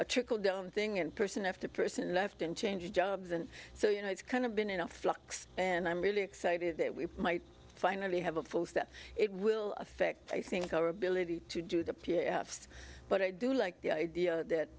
a trickle down thing and person after person left and change jobs and so you know it's kind of been in a flux and i'm really excited that we might finally have a force that it will affect i think our ability to do the p f c but i do like the idea that